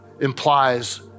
implies